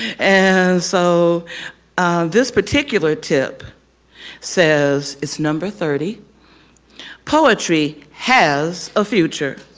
and so this particular tip says it's number thirty poetry has a future.